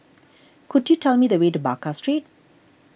could you tell me the way to Baker Street